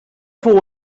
fou